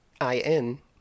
I-N